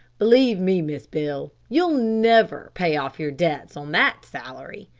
believe me, miss beale, you'll never pay off your debts on that salary,